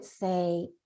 say